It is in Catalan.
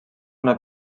una